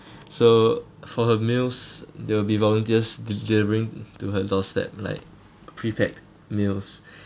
so for her meals there will be volunteers de~ delivering to her doorstep like pre packed meals